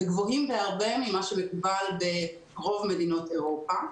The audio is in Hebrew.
וגבוהים בהרבה ממה שמקובל ברוב מדינות אירופה.